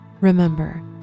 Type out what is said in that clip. Remember